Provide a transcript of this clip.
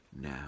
now